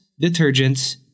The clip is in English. detergents